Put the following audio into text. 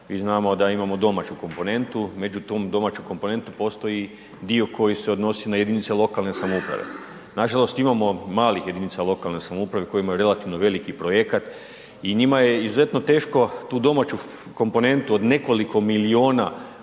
mi znamo da imamo domaću komponentu, među tom domaćom komponentom postoji dio koji se odnosi na jedinice lokalne samouprave. Nažalost imamo malih jedinica lokalne samouprave koje imaju relativno veliki projekat i njima je izuzetno teško tu domaću komponentu od nekoliko milijuna